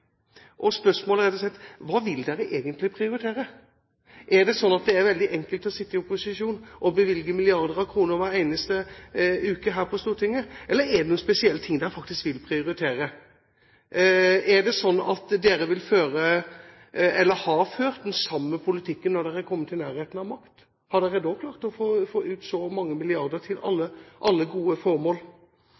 og spørsmålet er rett og slett: Hva vil dere egentlig prioritere? Er det sånn at det er veldig enkelt å sitte i opposisjon og bevilge milliarder av kroner hver eneste uke her på Stortinget, eller er det noen spesiell ting dere faktisk vil prioritere? Er det sånn at dere har ført den samme politikken når dere har kommet i nærheten av makt? Har dere da klart å få ut så mange milliarder til alle gode formål?